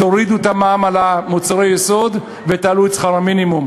תורידו את המע"מ על מוצרי היסוד ותעלו את שכר המינימום.